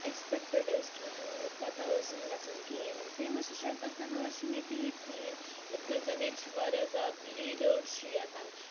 expected ٲسۍ کِہیٖنۍ یِم نہٕ پَتہ ٲسۍ یِم گَژھان کِہیٖنۍ فیمَس سَرکٕل فِگٲرٕس چھِنہٕ ییٚتہِ ییٚتہِ کِہیٖنۍ یِتھ کٔنۍ زَن ییٚتہِ چھِ واریاہ زیادٕ لیٖڈٲرس چھِ یَتَن